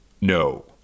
No